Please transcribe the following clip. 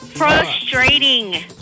Frustrating